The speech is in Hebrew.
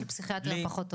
2.השם פרק זה